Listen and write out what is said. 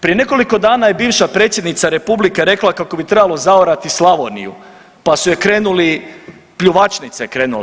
Prije nekoliko dana je bivša predsjednica republike rekla kako bi trebalo zaorati Slavoniju, pa su joj krenuli, pljuvačnica je krenula.